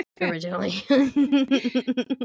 originally